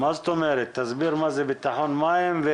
תסביר מה זה ביטחון מים.